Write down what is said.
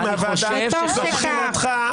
זו בחירתך.